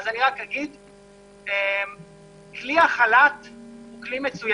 אני רק אגיד שכלי החל"ת הוא כלי מצוין.